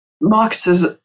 marketers